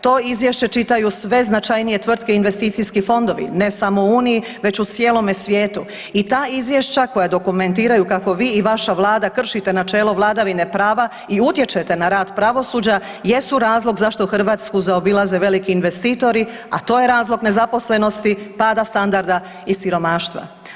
To izvješće čitaju sve značajnije tvrtke, investicijski fondovi ne samo u uniji već u cijelome svijetu i ta izvješća koja dokumentiraju kako vi i vaša Vlada kršite načelo vladavine prava i utječete na rad pravosuđa jesu razlog zašto Hrvatsku zaobilaze veliki investitori, a to je razlog nezaposlenosti, pada standarda i siromaštva.